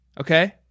Okay